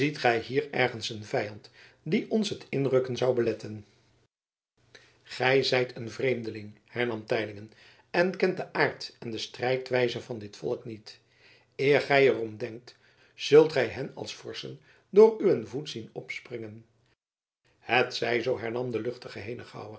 hier ergens een vijand die ons het inrukken zou beletten gij zijt een vreemdeling hernam teylingen en kent den aard en de strijdwijze van dit volk niet eer gij er om denkt zult gij hen als vorschen voor uwen voet zien opspringen het zij zoo hernam de luchtige